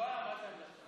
גברתי היושבת-ראש,